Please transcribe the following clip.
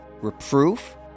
reproof